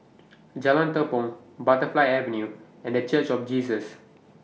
Jalan Tepong Butterfly Avenue and The Church of Jesus